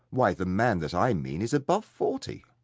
why the man that i mean is above forty.